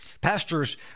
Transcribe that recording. Pastors